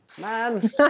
Man